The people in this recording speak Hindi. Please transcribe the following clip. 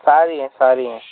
सारी हैं सारी हैं